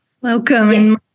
Welcome